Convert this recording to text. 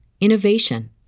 innovation